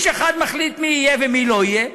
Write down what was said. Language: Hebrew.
איש אחד מחליט מי יהיה ומי לא יהיה,